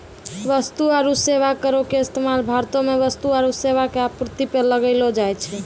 वस्तु आरु सेबा करो के इस्तेमाल भारतो मे वस्तु आरु सेबा के आपूर्ति पे लगैलो जाय छै